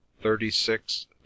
Thirty-six